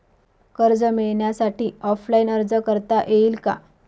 कर्ज मिळण्यासाठी ऑफलाईन अर्ज करता येईल का?